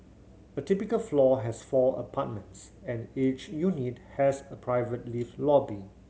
a typical floor has four apartments and each unit has a private lift lobby